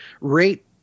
rate